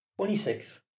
26